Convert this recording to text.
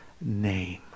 name